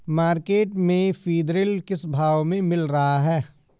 Market में सीद्रिल किस भाव में मिल रहा है?